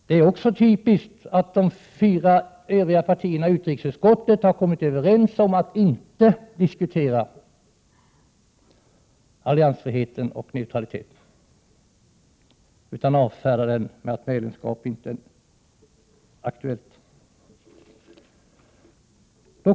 Det är också typiskt att de fyra övriga partierna i utrikesutskottet har kommit överens om att inte diskutera alliansfriheten och neutraliteten, utan avfärdar detta med att medlemskap inte är aktuellt.